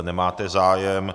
Nemáte zájem.